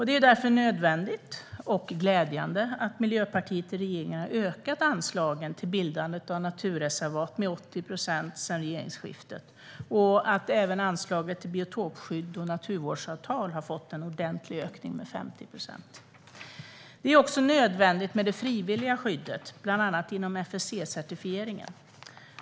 Det är därför nödvändigt och glädjande att Miljöpartiet i regeringen har ökat anslagen till bildande av naturreservat med 80 procent sedan regeringsskiftet. Även anslaget till biotopskydd och naturvårdsavtal har fått en ordentlig ökning med 50 procent. Det är också nödvändigt med det frivilliga skyddet, bland annat inom FSC-certifieringen.